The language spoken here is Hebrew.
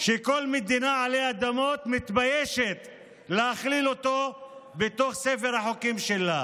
שכל מדינה עלי אדמות מתביישת להכליל אותו בתוך ספר החוקים שלה.